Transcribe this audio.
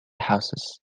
houses